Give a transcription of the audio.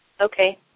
Okay